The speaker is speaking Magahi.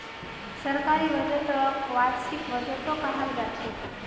सरकारी बजटक वार्षिक बजटो कहाल जाछेक